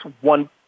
one